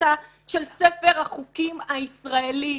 השחתה של ספר החוקים הישראלי.